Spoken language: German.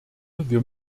wir